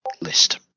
list